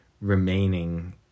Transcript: remaining